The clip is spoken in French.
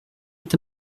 est